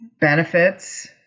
benefits